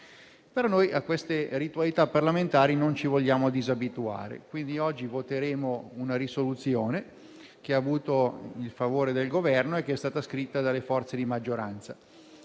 democrazia. A queste ritualità parlamentari non ci vogliamo però disabituare, quindi oggi voteremo una proposta di risoluzione che ha avuto il favore del Governo e che è stata scritta dalle forze di maggioranza.